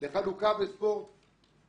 אין מצב שהיא שרת הספורט הבאה,